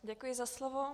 Děkuji za slovo.